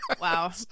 Wow